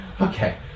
Okay